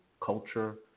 culture